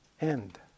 end